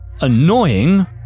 annoying